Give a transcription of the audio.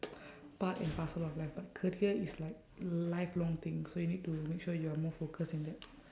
part and parcel of life but career is like life long thing so you need to make sure you are more focused in that